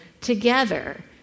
together